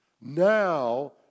Now